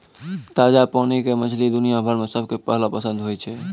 ताजा पानी के मछली दुनिया भर मॅ सबके पहलो पसंद होय छै